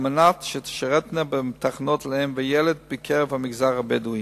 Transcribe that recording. על מנת שתשרתנה בתחנות לאם ולילד בקרב המגזר הבדואי.